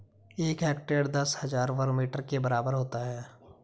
एक हेक्टेयर दस हज़ार वर्ग मीटर के बराबर होता है